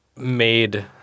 made